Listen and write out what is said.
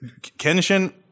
Kenshin